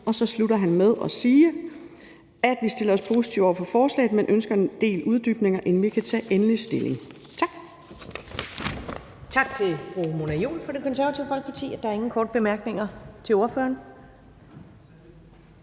Og så slutter han med at sige, at vi stiller os positive over for forslaget, men ønsker en del uddybninger, inden vi kan tage endelig stilling. Tak. Kl. 13:50 Første næstformand (Karen Ellemann): Tak til fru Mona Juul fra Det Konservative Folkeparti. Der er ingen korte bemærkninger til ordføreren.